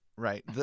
Right